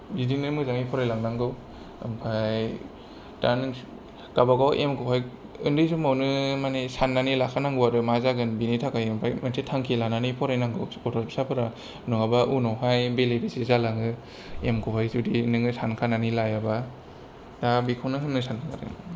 बिदिनो मोजाङै फरायलांनांगौ ओमफ्राय दा नोंसोर गावबा गाव एमखौहाय उन्दै समावनो माने साननानै लाखानांगौ आरो मा जागोन बिनि थाखाय ओमफ्राय मोनसे थांखि लानानै फरायनांगौ गथ' फिसाफोरा नङाबा उनावहाय बेले बेजे जालाङो एमखौहाय जुदि नोङो सानखानानै लायाबा दा बेखौनो होननो सानदों आरो